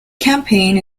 campaign